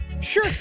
Sure